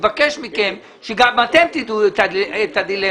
אני מבקש מכם שגם אתם תדעו את הדילמה.